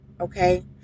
okay